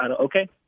okay